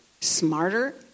smarter